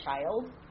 child